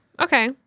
Okay